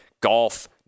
golf